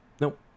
nope